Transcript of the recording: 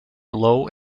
low